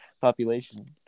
population